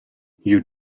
you